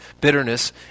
bitterness